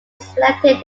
selected